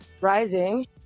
rising